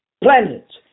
planet